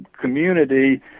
community